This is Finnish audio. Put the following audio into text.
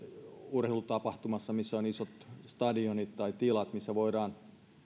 urheilutapahtumassa missä on isot stadionit tai tilat missä voidaan